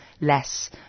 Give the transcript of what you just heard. less